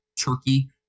Turkey